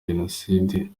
jenoside